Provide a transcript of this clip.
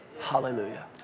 Hallelujah